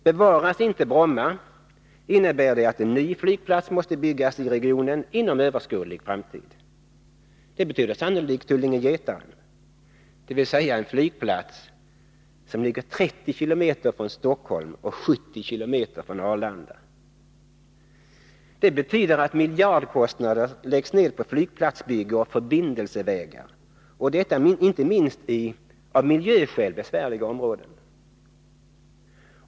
Bevaras inte Bromma innebär det att en ny flygplats måste byggas i regionen inom överskådlig framtid. Det betyder sannolikt Tullinge-Getaren, dvs. en flygplats som ligger 30 km från Stockholm och 70 km från Arlanda. Det betyder att miljardkostnader läggs ned på flygplatsbygge och förbindelsevägar, och detta t.o.m. i av miljöskäl besvärliga områden.